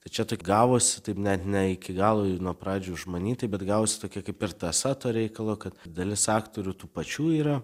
tai čia taip gavosi taip net ne iki galo nuo pradžių užmanytai bet gavosi tokia kaip ir tąsa to reikalo kad dalis aktorių tų pačių yra